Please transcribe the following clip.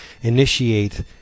initiate